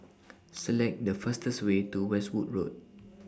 Select The fastest Way to Westwood Road